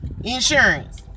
insurance